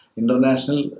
international